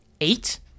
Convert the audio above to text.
Eight